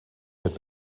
met